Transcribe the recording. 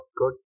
good